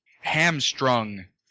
Hamstrung